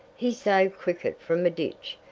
he saved cricket from a ditch,